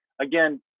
again